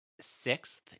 sixth